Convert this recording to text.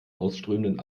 ausströmenden